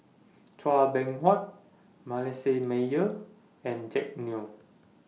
Chua Beng Huat Manasseh Meyer and Jack Neo